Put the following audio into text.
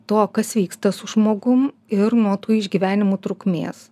to kas vyksta su žmogum ir nuo tų išgyvenimų trukmės